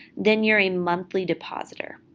than you're a monthly depositor.